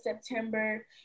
September